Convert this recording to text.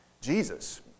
Jesus